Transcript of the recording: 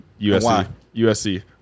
USC